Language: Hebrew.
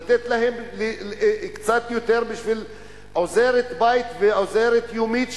לתת להם קצת יותר בשביל עוזרת בית ועוזרת יומית,